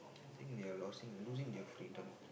think they are losing losing their freedom